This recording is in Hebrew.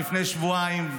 לפני שבועיים,